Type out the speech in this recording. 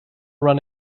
run